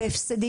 בהפסדים,